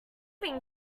being